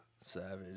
Savage